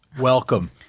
welcome